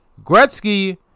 Gretzky